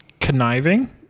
conniving